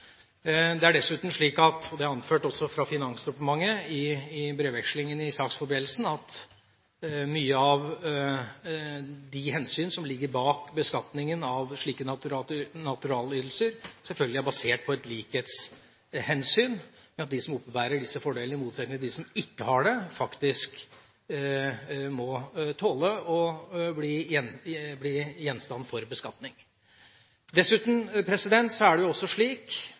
Det er dessuten slik – og det er også anført fra Finansdepartementet i brevvekslingen i forbindelse med saksforberedelsene – at mange av de hensyn som ligger bak beskatningen av slike naturalytelser, selvfølgelig er basert på et likhetshensyn, ved at de som oppebærer disse fordelene, i motsetning til dem som ikke gjør det, faktisk må tåle at de blir gjenstand for beskatning. Dessuten vet vi at når det